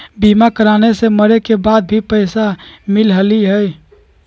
बीमा कराने से मरे के बाद भी पईसा मिलहई?